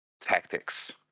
tactics